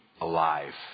alive